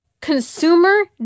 consumer